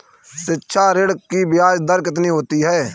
शिक्षा ऋण की ब्याज दर कितनी होती है?